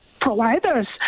providers